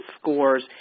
scores